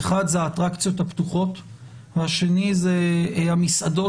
האחד זה האטרקציות הפתוחות והשני זה המסעדות